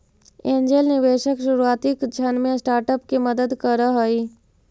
angel निवेशक शुरुआती क्षण में स्टार्टअप के मदद करऽ हइ